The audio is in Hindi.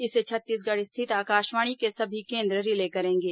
इसे छत्तीसगढ़ स्थित आकाशवाणी के सभी केंद्र रिले करेंगे